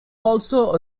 also